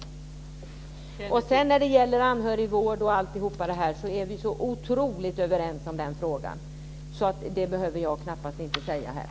När det sedan gäller frågan om anhörigvård etc. är vi så otroligt överens, så det behöver jag knappast tala om här.